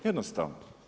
Jednostavno.